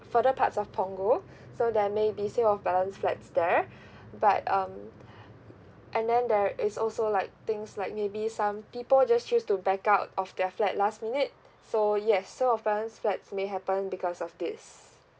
further parts of punggol so there maybe sale of balance flats there but um uh and then there is also like things like maybe some people just choose to back out of their flat last minute so yes sale of balance flats may happen because of this